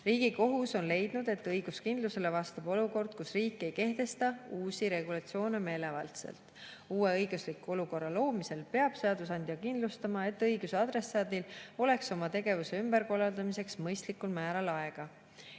Riigikohus on leidnud, et õiguskindlusele vastab olukord, kus riik ei kehtesta uusi regulatsioone meelevaldselt. Uue õigusliku olukorra loomisel peab seadusandja kindlustama, et õiguse adressaadil oleks oma tegevuse ümberkorraldamiseks mõistlikul määral aega.